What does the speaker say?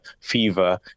fever